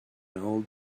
old